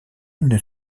une